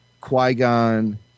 Qui-Gon